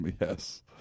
Yes